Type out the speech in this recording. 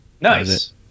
Nice